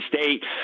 State